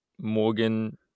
Morgan